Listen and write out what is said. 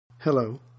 Hello